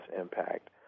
impact